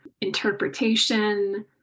interpretation